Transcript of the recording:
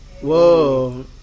Whoa